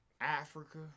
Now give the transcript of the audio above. Africa